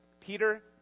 Peter